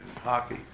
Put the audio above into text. hockey